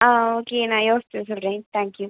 ஆ okay நான் யோசித்து சொல்கிறேன் தேங்க் யூ